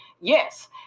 yes